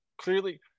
clearly